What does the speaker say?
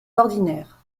ordinaire